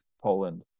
Poland